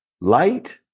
Light